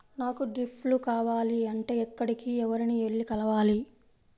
నాకు డ్రిప్లు కావాలి అంటే ఎక్కడికి, ఎవరిని వెళ్లి కలవాలి?